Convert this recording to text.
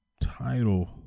title